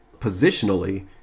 Positionally